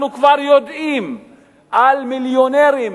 אנחנו כבר יודעים על מיליונרים,